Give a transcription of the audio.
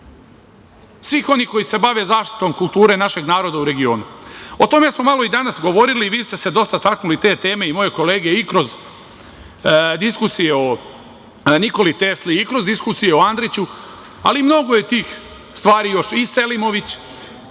svih onih koji se bave zaštitom kulture našeg naroda u regionu.O tome smo malo i danas govorili i vi ste se dosta takli te teme i moje kolege, kroz diskusije o Nikoli Tesli, kroz diskusije o Andriću, ali mnogo je tih stvari, još i Selimović